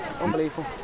unbelievable